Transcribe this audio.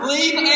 Leave